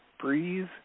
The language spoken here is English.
Breathe